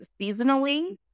seasonally